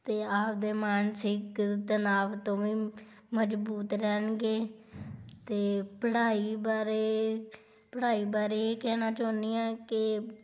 ਅਤੇ ਆਪਦੇ ਮਾਨਸਿਕ ਤਨਾਅ ਤੋਂ ਵੀ ਮਜ਼ਬੂਤ ਰਹਿਣਗੇ ਅਤੇ ਪੜ੍ਹਾਈ ਬਾਰੇ ਪੜ੍ਹਾਈ ਬਾਰੇ ਇਹ ਕਹਿਣਾ ਚਾਹੁੰਦੀ ਹਾਂ ਕਿ